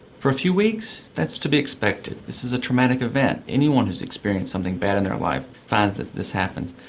for a few weeks that's to be expected. this is a traumatic event. anyone who has experienced something bad in their life finds that this happens.